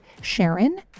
Sharon